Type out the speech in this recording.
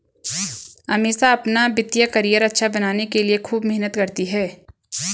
अमीषा अपना वित्तीय करियर अच्छा बनाने के लिए खूब मेहनत करती है